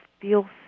feel